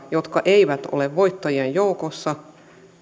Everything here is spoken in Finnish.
jotka eivät ole voittajien joukossa